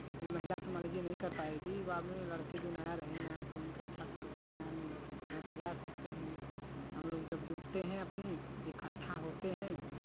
महिला तो मान लीजिये नहीं कर पाएगी युवा में लड़के जो नया रहेंगे नया खून के अठारह साल के हैं नया में लड़का जा सकते हैं हमलोग जब जुटते हैं अपनी इकट्ठा होते हैं